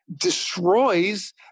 destroys